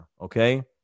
okay